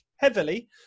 Heavily